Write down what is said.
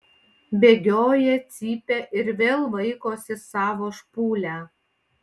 bėgioja cypia ir vėl vaikosi savo špūlę